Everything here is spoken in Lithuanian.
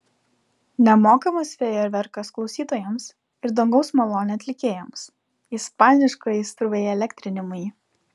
nemokamas fejerverkas klausytojams ir dangaus malonė atlikėjams ispaniškų aistrų įelektrinimui